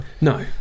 no